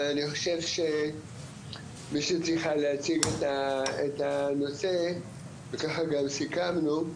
אבל אני חושב שמי שצריכה להציג את הנושא ככה גם סיכמנו,